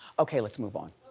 okay, let's move on.